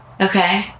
Okay